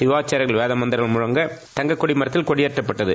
திருவாச்சுரியார்கள் வேத மந்திரங்கள் முழங்க தங்கக் கொடிமரத்தில் கொடியேற்றப்பட்டது